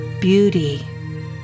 beauty